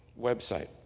website